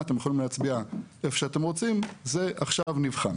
אתם יכולים להצביע איפה שאתם רוצים זה עכשיו נבחן,